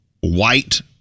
white